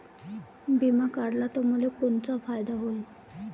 बिमा काढला त मले कोनचा फायदा होईन?